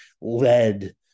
led